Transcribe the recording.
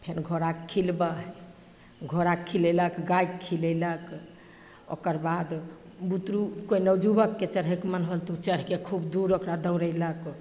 फेन घोड़ाके खिलबऽ हइ घोड़ाके खिलैलक गायके खिलैलक ओकर बाद बुतरू केओ नवजुबकके चढ़ैके मन होल तऽ ओ चढ़िके खूब दूर ओकरा दौड़ैलक